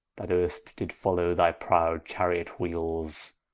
that erst did follow thy prowd chariot-wheeles,